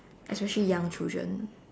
especially young children